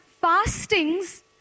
fastings